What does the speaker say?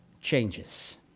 changes